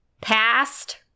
past